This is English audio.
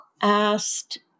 asked